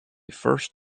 first